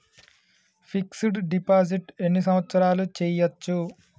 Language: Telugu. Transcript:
ఫిక్స్ డ్ డిపాజిట్ ఎన్ని సంవత్సరాలు చేయచ్చు?